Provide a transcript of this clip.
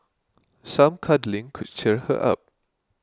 some cuddling could cheer her up